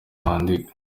wandika